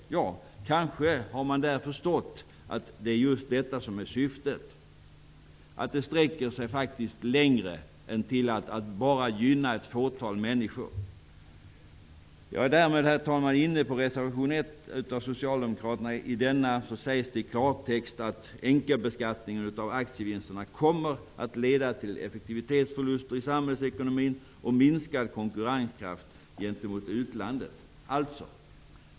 Ja, kanske har man där förstått att det är just detta som är syftet. Det sträcker sig faktiskt längre än till att bara gynna ett fåtal människor. Jag är därmed, herr talman, inne på reservation 1 av Socialdemokraterna. I denna sägs det i klartext att enkelbeskattningen av aktievinsterna kommer att leda till effektivitetsförluster i samhällsekonomin och minskad konkurrenskraft gentemot utlandet.